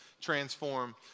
transform